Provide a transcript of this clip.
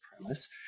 premise